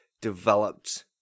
developed